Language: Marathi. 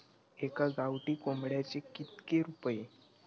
एका गावठी कोंबड्याचे कितके रुपये?